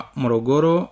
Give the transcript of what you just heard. morogoro